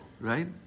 right